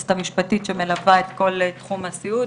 היועצת המשפטית שמלווה את כל תחום הסיעוד.